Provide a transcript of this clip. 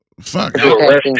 Fuck